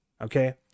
Okay